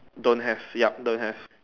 don't have yup don't have